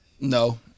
No